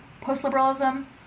post-liberalism